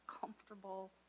comfortable